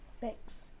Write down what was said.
Thanks